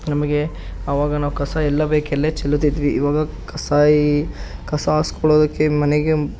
ನಮಗೆ ಆವಾಗ ನಾವು ಕಸ ಎಲ್ಲಿ ಬೇಕೆಲ್ಲೇ ಚೆಲ್ಲುತ್ತಿದ್ವಿ ಇವಾಗ ಕಸಾಯಿ ಕಸ ಹಾಕಿಸ್ಕೊಳ್ಳೋದಕ್ಕೆ ಮನೆಗೆ